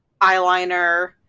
eyeliner